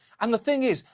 and the thing is,